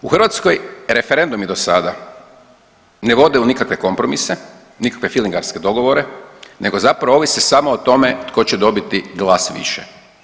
U Hrvatskoj referendumi do sada ne vode u nikakve kompromise, nikakve filingarske dogovore nego zapravo ovise samo o tome tko će dobiti glas više.